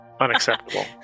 Unacceptable